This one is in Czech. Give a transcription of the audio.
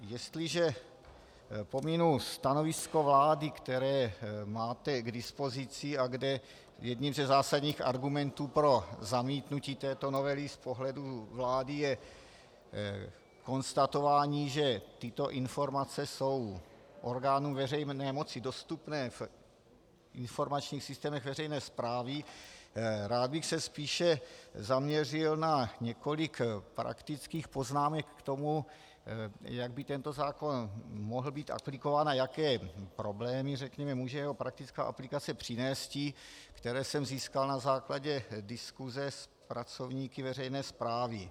Jestliže pominu stanovisko vlády, které máte k dispozici a kde jedním ze zásadních argumentů pro zamítnutí této novely z pohledu vlády je konstatování, že tyto informace jsou orgánům veřejné moci dostupné v informačních systémech veřejné správy, rád bych se spíše zaměřil na několik praktických poznámek k tomu, jak by tento zákon mohl být aplikován a jaké problémy může jeho praktická aplikace přinésti, které jsem získal na základě diskuse s pracovníky veřejné správy.